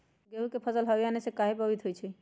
गेंहू के फसल हव आने से काहे पभवित होई छई?